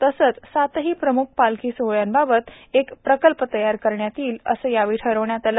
तसंच सातही प्रम्ख पालखी सोहळ्याबाबत एक प्रकल्प तयार करण्यात येईल असं या वेळी ठरवण्यात आलं